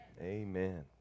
Amen